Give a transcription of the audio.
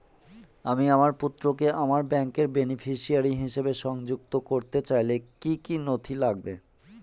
আমি আমার পুত্রকে আমার ব্যাংকের বেনিফিসিয়ারি হিসেবে সংযুক্ত করতে চাইলে কি কী নথি লাগবে?